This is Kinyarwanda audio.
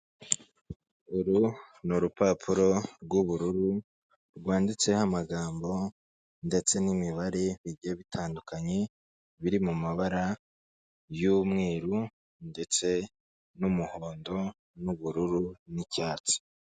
Uru ni urupapuro rw'ubururu rwanditseho amagambo ndetse n'imibare bigiye bitandukanye biri mu mabara y'umweru ndetse n'umuhondo, n'ubururu n'icyatsi.